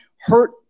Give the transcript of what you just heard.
hurt